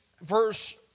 verse